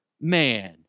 Man